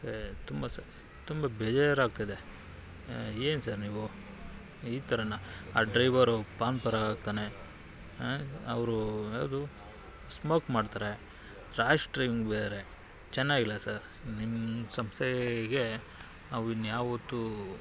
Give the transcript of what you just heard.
ಛೇ ತುಂಬ ಸ ತುಂಬ ಬೇಜಾರಾಗ್ತಿದೆ ಏನ್ ಸರ್ ನೀವು ಈ ಥರನ ಆ ಡ್ರೈವರು ಪಾನ್ಪರಾಗ್ ಹಾಕ್ತಾನೆ ಅವರು ಅವರು ಸ್ಮೋಕ್ ಮಾಡ್ತಾರೆ ರ್ಯಾಷ್ ಡ್ರೈವಿಂಗ್ ಬೇರೆ ಚೆನ್ನಾಗಿಲ್ಲ ಸರ್ ನಿಮ್ಮ ಸಂಸ್ಥೆಗೆ ನಾವು ಇನ್ಯಾವತ್ತೂ